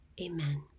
Amen